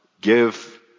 give